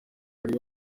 bari